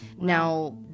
now